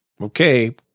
okay